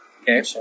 Okay